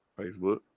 Facebook